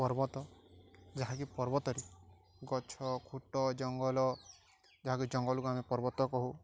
ପର୍ବତ ଯାହାକି ପର୍ବତରେ ଗଛ ଖୁଟ ଜଙ୍ଗଲ ଯାହାକି ଜଙ୍ଗଲକୁ ଆମେ ପର୍ବତ କହୁ